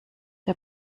der